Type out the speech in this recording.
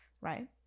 right